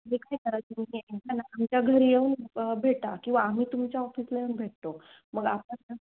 जे काय करायचं आहे तुम्ही एकदा ना आमच्या घरी येऊन भेटा किंवा आम्ही तुमच्या ऑफिसला येऊन भेटतो मग आपण